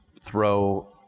throw